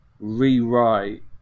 rewrite